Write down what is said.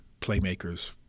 Playmakers